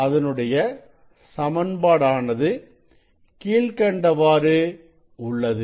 அதனுடைய சமன்பாடு ஆனது கீழ்கண்டவாறு உள்ளது